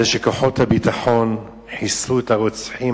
זה שכוחות הביטחון חיסלו את הרוצחים,